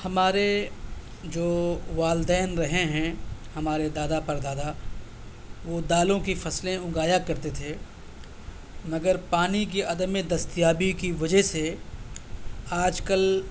ہمارے جو والدین رہے ہیں ہمارے دادا پر دادا وہ دالوں کی فصلیں اگایا کرتے تھے مگر پانی کی عدم دستیابی کی وجہ سے آج کل